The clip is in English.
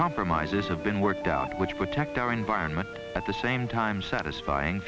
compromises have been worked out which protect our environment at the same time satisfying